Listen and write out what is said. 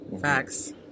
Facts